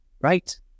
Right